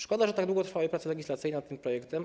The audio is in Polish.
Szkoda, że tak długo trwały prace legislacyjne nad tym projektem.